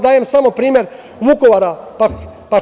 Dajem samo primer Vukovara.